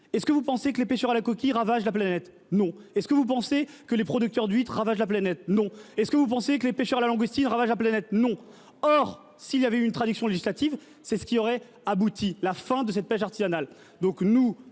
Est-ce que vous pensez que les pêcheurs à la coquille ravage la planète non est-ce que vous pensez que les producteurs d'huîtres ravage la planète non est-ce que vous pensez que les pêcheurs la langoustine ravage la planète non. Or s'il y avait une traduction législative. C'est ce qui aurait abouti. La fin de cette pêche artisanale.